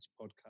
podcast